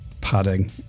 padding